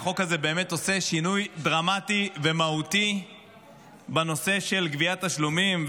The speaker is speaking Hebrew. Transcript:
החוק הזה באמת עושה שינוי דרמטי ומהותי בנושא של גביית תשלומים.